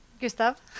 Gustav